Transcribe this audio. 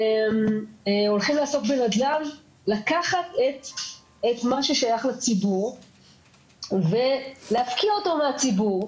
הולכים לעשות בנדל"ן לקחת את מה ששייך לציבור ולהפקיע אותו מהציבור,